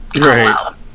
Right